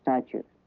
statute.